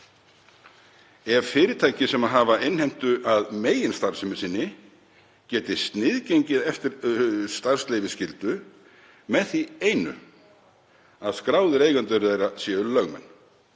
ef fyrirtæki sem hafa innheimtu að meginstarfsemi sinni geta sniðgengið starfsleyfisskyldu með því einu að skráðir eigendur þeirra séu lögmenn.